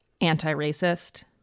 anti-racist